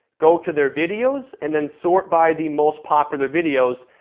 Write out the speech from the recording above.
go to their videos, and then sort by the most popular videos,